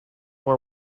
war